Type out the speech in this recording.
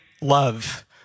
love